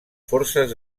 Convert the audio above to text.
forces